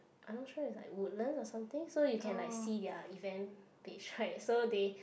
I not sure is like Woodland or something so you can like see their event they tried so they